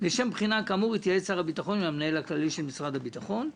לשם בחינה כאמור יתייעץ שר הביטחון עם המנהל הכללי של משרד הביטחון,